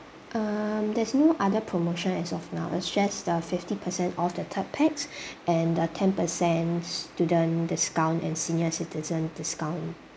um there's no other promotion as of now it's just the fifty percent off the third pax and the ten percent student discount and senior citizen discount